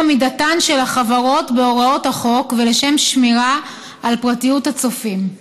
עמידתן של החברות בהוראות החוק ולשם שמירה על פרטיות הצופים.